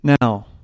Now